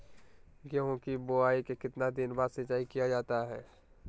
गेंहू की बोआई के कितने दिन बाद सिंचाई किया जाता है?